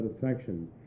satisfaction